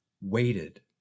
waited